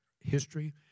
history